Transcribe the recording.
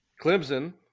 Clemson